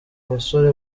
basore